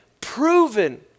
proven